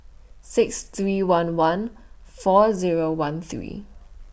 six three one one four Zero one three